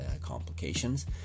complications